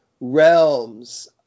realms